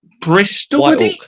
Bristol